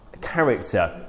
character